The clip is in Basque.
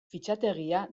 fitxategia